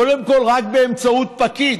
קודם כול רק באמצעות פקיד,